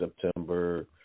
September